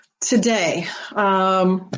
today